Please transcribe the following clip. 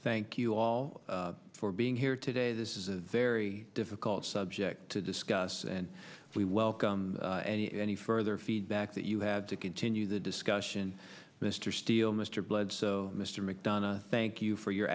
thank you all for being here today this is a very difficult subject to discuss and we welcome any any further feedback that you had to continue the discussion mr steele mr bledsoe mr mcdonough thank you for your